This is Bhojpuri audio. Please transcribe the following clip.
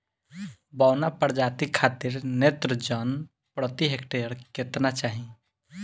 बौना प्रजाति खातिर नेत्रजन प्रति हेक्टेयर केतना चाही?